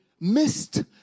missed